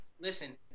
Listen